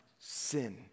sin